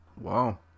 Wow